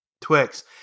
Twix